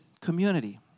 community